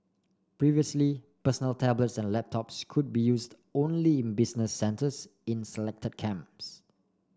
previously personal tablets and laptops could be used only in business centres in selected camps